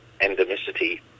endemicity